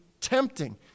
tempting